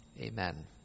amen